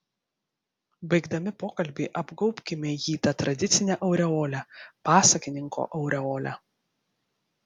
baigdami pokalbį apgaubkime jį ta tradicine aureole pasakininko aureole